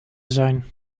zijn